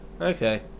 Okay